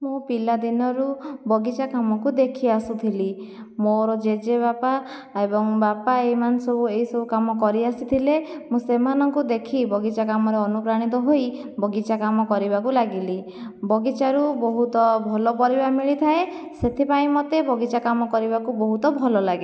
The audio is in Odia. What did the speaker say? ମୁଁ ପିଲାଦିନରୁ ବଗିଚା କାମକୁ ଦେଖି ଆସୁଥିଲି ମୋର ଜେଜେବାପା ଏବଂ ବାପା ଏହିମାନେ ସବୁ ଏହି ସବୁ କାମ କରି ଆସିଥିଲେ ମୁଁ ସେମାନଙ୍କୁ ଦେଖି ବଗିଚା କାମରେ ଅନୁପ୍ରାଣିତ ହୋଇ ବଗିଚା କାମ କରିବାକୁ ଲାଗିଲି ବଗିଚାରୁ ବହୁତ ଭଲ ପରିବା ମିଳିଥାଏ ସେଥିପାଇଁ ମୋତେ ବଗିଚା କାମ କରିବାକୁ ବହୁତ ଭଲ ଲାଗେ